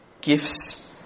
gifts